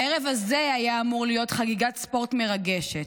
הערב הזה היה אמור להיות חגיגת ספורט מרגשת,